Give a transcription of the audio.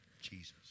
Jesus